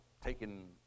taking